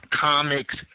comics